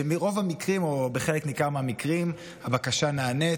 וברוב המקרים או בחלק ניכר מהמקרים הבקשה נענית,